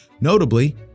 Notably